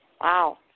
Wow